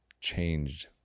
changed